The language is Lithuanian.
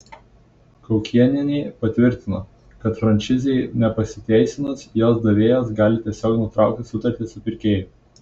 kaukėnienė patvirtino kad franšizei nepasiteisinus jos davėjas gali tiesiog nutraukti sutartį su pirkėju